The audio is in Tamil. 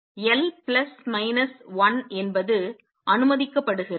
எனவே எல் பிளஸ் மைனஸ் 1 என்பது அனுமதிக்கப்படுகிறது